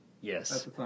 Yes